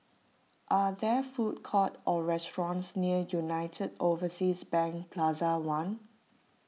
are there food court or restaurants near United Overseas Bank Plaza one